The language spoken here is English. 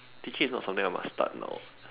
teaching is not from there must start now